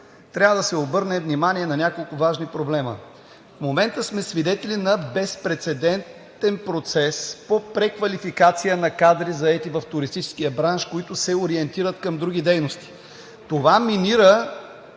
трябва да се обърне внимание на няколко важни проблема. В момента сме свидетели на безпрецедентен процес по преквалификация на кадри, заети в туристическия бранш, които се ориентират към други дейности. Това минира